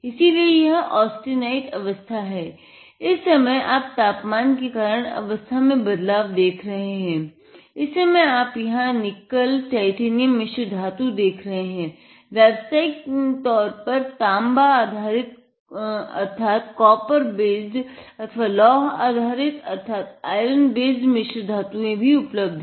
इसीलिए यह ऑस्टेनाईट अवस्था मिश्र्धातुये भी उपलब्ध है